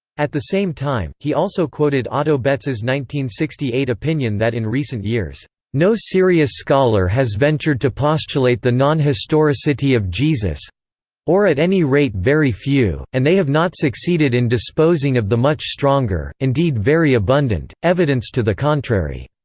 at the same time, he also quoted ah but sixty eight opinion that in recent years no serious scholar has ventured to postulate the non-historicity of jesus or at any rate very few, and they have not succeeded in disposing of the much stronger, indeed very abundant, evidence to the contrary.